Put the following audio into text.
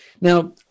Now